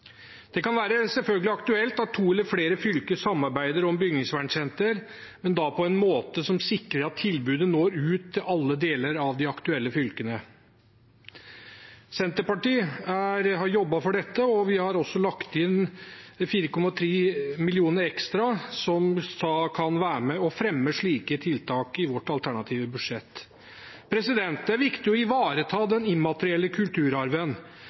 Det kan selvfølgelig være aktuelt at to eller flere fylker samarbeider om bygningsvernsentre, men da på en måte som sikrer at tilbudet når ut til alle deler av de aktuelle fylkene. Senterpartiet har jobbet for dette, og i vårt alternative budsjett har vi også lagt inn 4,3 mill. kr ekstra som kan være med og fremme slike tiltak. Det er viktig å ivareta den immaterielle kulturarven. Norge har gjennom UNESCOs konvensjon om vern av den immaterielle kulturarven